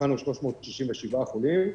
התווספו 397 חולים.